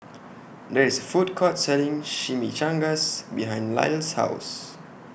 There IS A Food Court Selling Chimichangas behind Lyle's House